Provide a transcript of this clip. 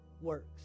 works